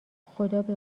خدابه